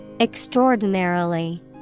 Extraordinarily